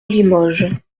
limoges